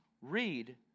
read